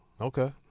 Okay